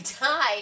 die